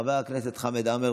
חבר הכנסת חמד עמאר,